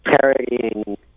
parodying